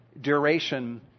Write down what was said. duration